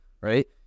right